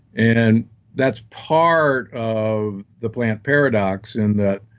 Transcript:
and that's part of the plant paradox in that,